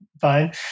Fine